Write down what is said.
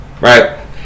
right